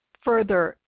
further